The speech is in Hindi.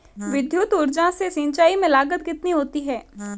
विद्युत ऊर्जा से सिंचाई में लागत कितनी होती है?